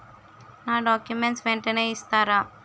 నా డాక్యుమెంట్స్ వెంటనే ఇస్తారా?